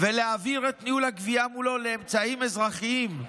ולהעביר את ניהול הגבייה מולו לאמצעים אזרחיים.